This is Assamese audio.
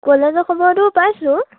কলেজৰ খবৰতো পাইছোঁ